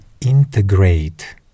integrate